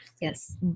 Yes